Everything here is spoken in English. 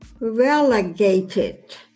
relegated